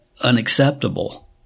unacceptable